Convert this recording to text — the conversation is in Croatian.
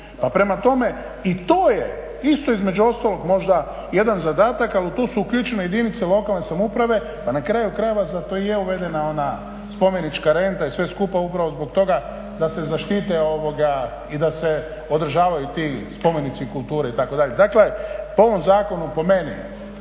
Prema tome, i to je isto između ostalog možda jedan zadatak, ali u to su uključene jedinice lokalne samouprave pa na kraju krajeva zato i je uvedena ova spomenička renta i sve skupa upravo zbog toga da se zaštite i da se održavaju ti spomenici kulture itd. Dakle, po ovom zakonu, po meni